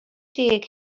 deg